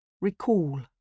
Recall